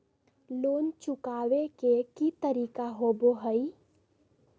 Loan चुकाबे के की तरीका होबो हइ?